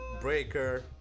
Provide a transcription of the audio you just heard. Breaker